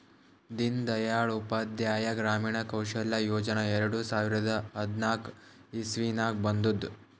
ದೀನ್ ದಯಾಳ್ ಉಪಾಧ್ಯಾಯ ಗ್ರಾಮೀಣ ಕೌಶಲ್ಯ ಯೋಜನಾ ಎರಡು ಸಾವಿರದ ಹದ್ನಾಕ್ ಇಸ್ವಿನಾಗ್ ಬಂದುದ್